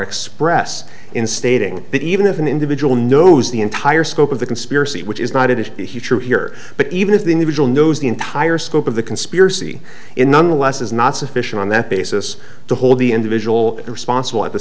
expressed in stating that even if an individual knows the entire scope of the conspiracy which is not it is true here but even if the individual knows the entire scope of the conspiracy in nonetheless is not sufficient on that basis to hold the individual responsible at the